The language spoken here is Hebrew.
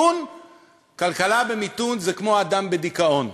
וכלכלה במיתון זה כמו אדם בדיכאון.